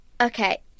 Okay